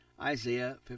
Isaiah